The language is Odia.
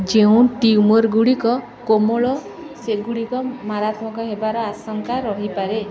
ଯେଉଁ ଟ୍ୟୁମର୍ ଗୁଡ଼ିକ କୋମଳ ସେଗୁଡ଼ିକ ମାରାତ୍ମକ ହେବାର ଆଶଙ୍କା ରହିପାରେ